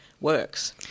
works